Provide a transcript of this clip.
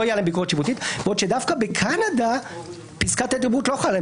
לא תהיה עליהן ביקורת שיפוטית בעוד שדווקא בקנדה פסקת ההתגברות לא חלה.